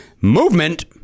movement